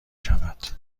شود